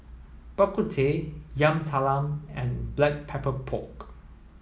Bak Kut Teh Yam Talam and black pepper pork